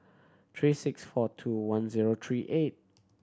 three six four two one zero three eight